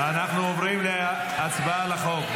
אנחנו עוברים להצבעה על החוק,